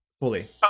fully